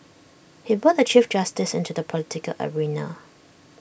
he brought the chief justice into the political arena